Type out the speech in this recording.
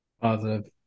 Positive